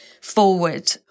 forward